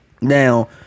Now